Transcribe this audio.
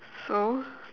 so